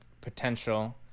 Potential